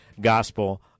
Gospel